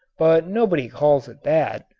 but nobody calls it that,